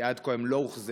כי עד כה הן לא הוחזרו,